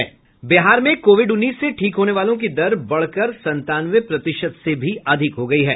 बिहार में कोविड उन्नीस से ठीक होने वालों की दर बढ़कर संतानवे प्रतिशत से भी अधिक हो गयी है